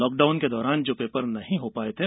lockdown के दौरान जो पेपर नहीं हो पाये थे